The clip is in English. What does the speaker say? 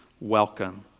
welcome